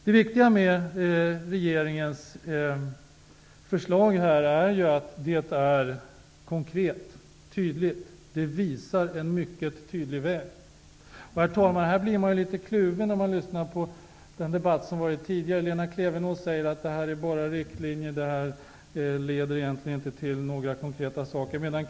Det viktiga med regeringens förslag är att det är konkret och visar en mycket tydlig väg. Man blir dock litet kluven när man lyssnar på debatten här. Lena Klevenås sade att det bara är fråga om riktlinjer, som egentligen inte leder till några konkreta resultat.